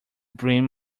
brim